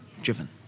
driven